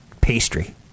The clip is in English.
pastry